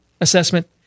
assessment